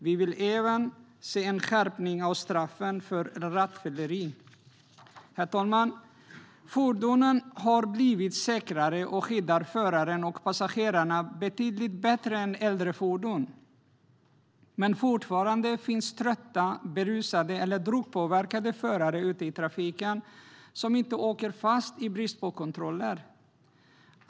Vi vill även se en skärpning av straffen för rattfylleri. Herr talman! Fordonen har blivit säkrare, och de nya fordonen skyddar föraren och passagerarna betydligt bättre än äldre fordon. Men fortfarande finns trötta, berusade eller drogpåverkade förare ute i trafiken som inte åker fast i brist på kontroller.